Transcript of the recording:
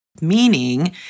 Meaning